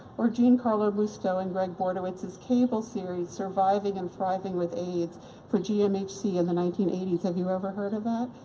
or jean carlomusto and gregg bordowitz's cable series on surviving and thriving with aids for gmhc in the nineteen eighty s. have you ever heard of that?